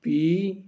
P